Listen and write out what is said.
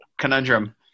conundrum